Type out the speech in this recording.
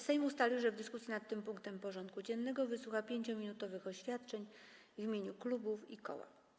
Sejm ustalił, że w dyskusji nad tym punktem porządku dziennego wysłucha 5-minutowych oświadczeń w imieniu klubów i koła.